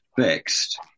fixed